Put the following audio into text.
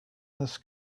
this